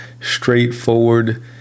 straightforward